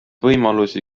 võimalusi